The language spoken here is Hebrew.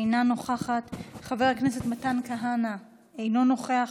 אינה נוכחת, חבר הכנסת מתן כהנא, אינו נוכח.